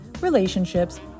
relationships